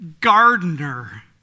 gardener